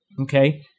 okay